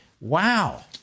Wow